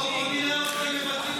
חבר הכנסת